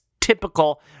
Typical